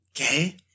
okay